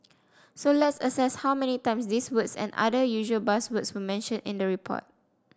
so let's assess how many times these words and other usual buzzwords were mentioned in the report